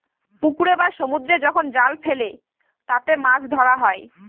পুকুরে বা সমুদ্রে যখন জাল ফেলে তাতে মাছ ধরা হয়